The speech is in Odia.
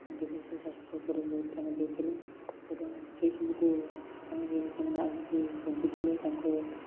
ଜ୍ୟୋତିଷଶାସ୍ତ୍ର ଉପରେ ବହୁତ ଧ୍ୟାନ ଦଉଥିଲେ ଏବଂ ସେଇ ସବୁକୁ ଧ୍ୟାନ ଦେଇକି ସେମାନେ ଆଗକୁ ବଞ୍ଚୁଥିଲେ ତାଙ୍କ